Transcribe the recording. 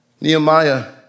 Nehemiah